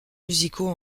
musicaux